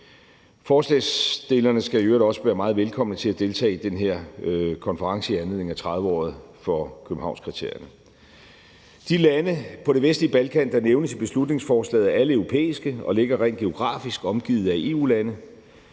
Forslagsstillerne skal i øvrigt også være meget velkomne til at deltage i den her konference i anledning af 30-året for Københavnskriterierne. De lande på det vestlige Balkan, der nævnes i beslutningsforslaget, er alle europæiske og ligger rent geografisk omgivet af EU-lande.